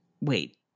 Wait